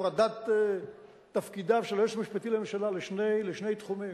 הפרדת תפקידיו של היועץ המשפטי לממשלה לשני תחומים,